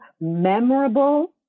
memorable